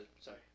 Sorry